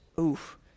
Oof